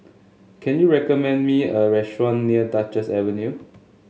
can you recommend me a restaurant near Duchess Avenue